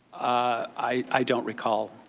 i don't recall.